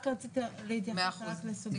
רק רציתי להתייחס לסוגיית --- מאה אחוז.